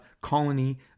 colony